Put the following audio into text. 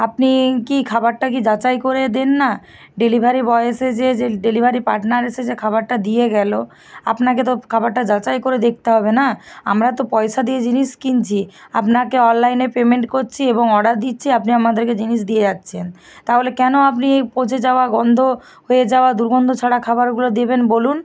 আপনি কি খাবারটি কি যাচাই করে দেন না ডেলিভারি বয় এসে যে যে ডেলিভারি পার্টনার এসে যে খাবারটা দিয়ে গেল আপনাকে তো খাবারটা যাচাই করে দেখতে হবে না আমরা তো পয়সা দিয়ে জিনিস কিনছি আপনাকে অনলাইনে পেমেন্ট করছি এবং অর্ডার দিচ্ছি আপনি আমাদেরকে জিনিস দিয়ে যাচ্ছেন তাহলে কেন আপনি এই পচে যাওয়া গন্ধ হয়ে যাওয়া দুর্গন্ধ ছড়া খাবারগুলো দেবেন বলুন